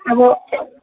अब